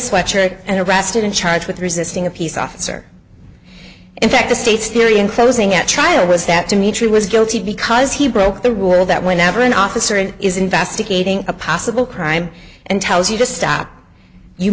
sweatshirt and arrested and charged with resisting a peace officer in fact the state's theory in closing at trial was that dimitry was guilty because he broke the rule that whenever an officer is investigating a possible crime and tells you to stop you